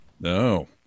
No